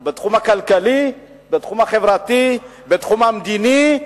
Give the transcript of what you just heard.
בתחום הכלכלי, בתחום החברתי, בתחום המדיני.